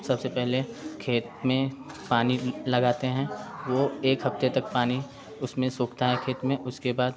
सबसे पहले खेत में पानी लगाते हैं वो एक हफ़्ते तक पानी उसमें सोखता है खेत में उसके बाद